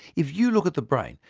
if you look at the brain,